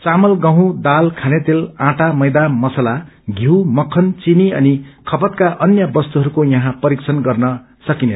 चामत गेँह दाल खानेतेल आँटा मैदा मसला षिऊ मकरवन चिनी अनि खपतका अन्य वस्तुहरूको यहाँ परीक्षण गर्न सकिन्छ